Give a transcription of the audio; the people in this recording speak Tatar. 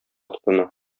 тотына